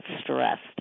stressed